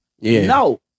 No